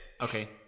Okay